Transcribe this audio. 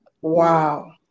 Wow